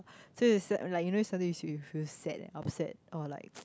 so you s~ like you know suddenly you say you feel sad and upset or like